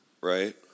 Right